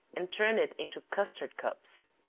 and turn it into custard cups.